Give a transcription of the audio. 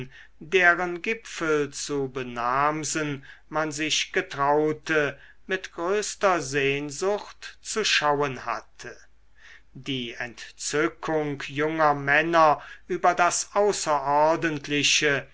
deren gipfel zu benamsen man sich getraute mit größter sehnsucht zu schauen hatte die entzückung junger männer über das außerordentliche